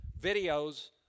videos